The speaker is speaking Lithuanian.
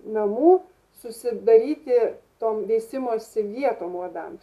namų susidaryti tom veisimosi vietom uodam